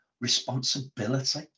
responsibility